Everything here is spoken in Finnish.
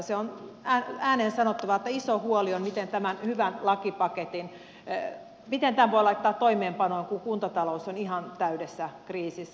se on ääneen sanottava että iso huoli on miten tämän hyvän lakipaketin voi laittaa toimeenpanoon kun kuntatalous on ihan täydessä kriisissä